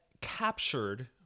captured